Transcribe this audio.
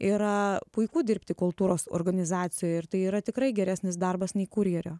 yra puiku dirbti kultūros organizacijoje ir tai yra tikrai geresnis darbas nei kurjerio